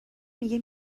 میگه